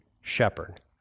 shepherd